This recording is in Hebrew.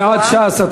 סיעת ש"ס,